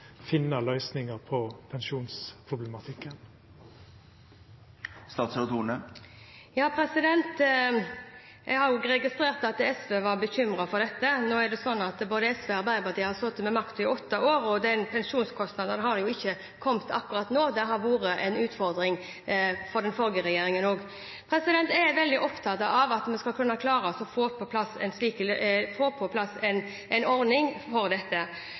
finna løysingar på pensjonsproblematikken. Jeg har også registrert at SV var bekymret for dette. Nå er det slik at både SV og Arbeiderpartiet har sittet med makten i åtte år, og pensjonskostnadene har jo ikke kommet akkurat nå; det har vært en utfordring også for den forrige regjeringen. Jeg er veldig opptatt av at vi skal kunne klare å få på plass en ordning for dette,